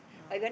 oh